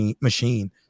machine